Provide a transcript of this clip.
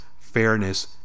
fairness